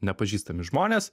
nepažįstami žmonės